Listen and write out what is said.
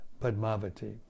Padmavati